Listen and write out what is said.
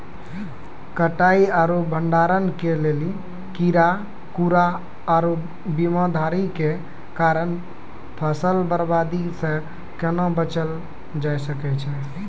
कटाई आर भंडारण के लेल कीड़ा, सूड़ा आर बीमारियों के कारण फसलक बर्बादी सॅ कूना बचेल जाय सकै ये?